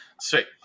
sweet